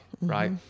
right